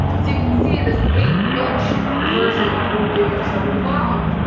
so you can see this eight inch version will give you sort of a bob.